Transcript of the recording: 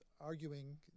arguing